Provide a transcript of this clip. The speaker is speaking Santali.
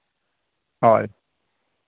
ᱦᱳᱭ